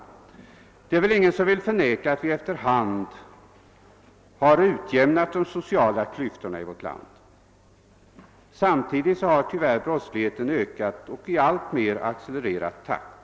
Det är väl ingen som vill förneka att vi efter hand har utjämnat de sociala klyftorna i vårt land. Samtidigt har tyvärr brottsligheten ökat, och det i alltmer accelererad takt.